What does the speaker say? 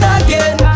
again